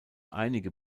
einige